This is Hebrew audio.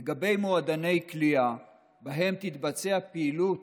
לגבי מועדוני קליעה שבהם תתבצע פעילות